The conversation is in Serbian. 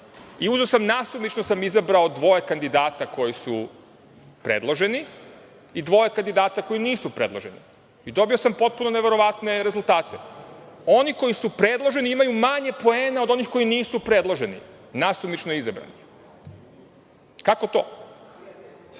sudstva i nasumično sam izabrao dvoje kandidata koji su predloženi i dvoje kandidata koji nisu predloženi i dobio sam potpuno neverovatne rezultate. Oni koji su predloženi imaju manje poena od onih koji nisu predloženi, nasumično izabrani. Kako to?